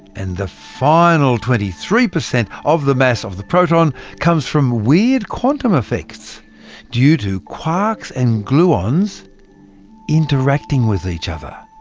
and the final twenty three percent of the mass of the proton comes from weird quantum effects due to quarks and gluons interacting with each other.